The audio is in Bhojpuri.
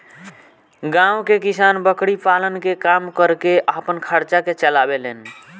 गांव के किसान बकरी पालन के काम करके आपन खर्चा के चलावे लेन